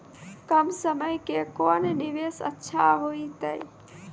कम समय के कोंन निवेश अच्छा होइतै?